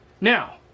Now